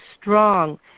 strong